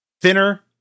thinner